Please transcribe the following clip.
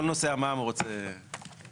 כל נושא המע"מ הוא רוצה הרצאה.